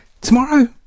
tomorrow